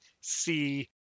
see